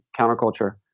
Counterculture